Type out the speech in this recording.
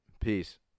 Peace